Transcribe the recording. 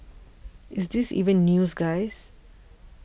is this even news guy